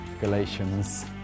Galatians